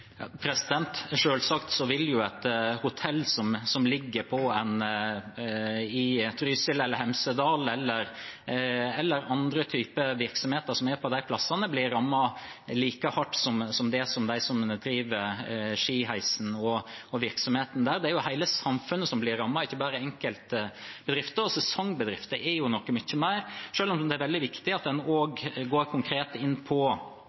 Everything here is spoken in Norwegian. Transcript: et hotell som ligger i Trysil eller Hemsedal, eller andre typer virksomheter som er på de stedene, bli rammet like hardt som de som driver skiheisen og virksomheten der. Hele samfunnet blir jo rammet, ikke bare enkelte bedrifter, og sesongbedrifter er jo noe mye mer, selv om det er veldig viktig at en også går konkret inn på